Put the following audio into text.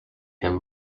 him